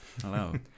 Hello